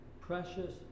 precious